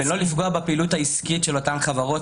כדי לא לפגוע בפעילות העסקית של אותן חברות,